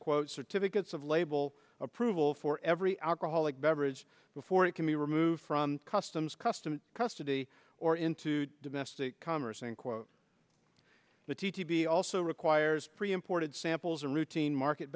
quote certificates of label approval for every alcoholic beverage before it can be removed from customs customs custody or into domestic commerce and quote the t t p also requires pre imported samples or routine market